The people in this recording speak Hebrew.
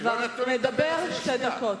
אתה כבר מדבר שתי דקות.